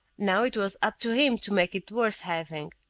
now it was up to him to make it worth having.